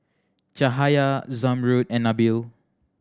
Cahaya Zamrud and Nabil